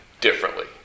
differently